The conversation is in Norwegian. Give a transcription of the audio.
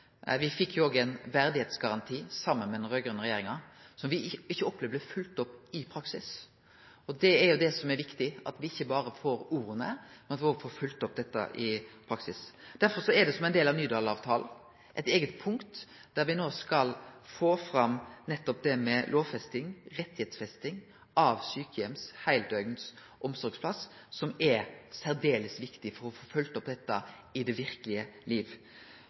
Me fekk også ein verdigheitgaranti saman den raud-grøne regjeringa, som me opplevde ikkje blei følgd opp i praksis. Det som er viktig, er at me ikkje berre får orda, men at me òg følgjer dette opp i praksis. Derfor er det eit eige punkt i Nydalen-avtalen om at me skal få fram nettopp det med lovfesting, rettsfesting av sjukeheimsplassar og heildøgns omsorgsplassar, som er svært viktig å få følgt opp i det verkelege